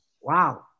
wow